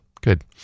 Good